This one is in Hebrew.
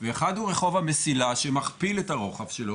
ואחד הוא רחוב המסילה שמכפיל את הרוחב שלו,